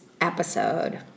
episode